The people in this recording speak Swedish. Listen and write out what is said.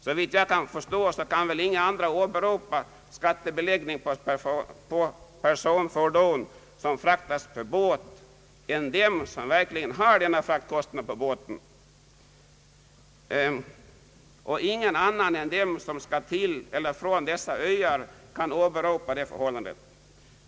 Såvitt jag kan förstå kan väl inga andra åberopa skattebeläggning av personfordon som fraktas på båt än de som verkligen har denna fraktkostnad på båten. Och ingen annan än de som skall till och från dessa öar kan åberopa detta förhållande.